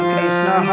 Krishna